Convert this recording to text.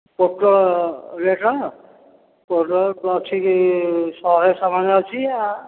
ପୋଟଳ ରେଟ୍ ପୋଟଳ ଅଛି ଶହେ ସମାନ ଅଛି